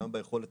גם ביכולת